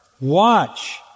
watch